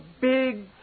big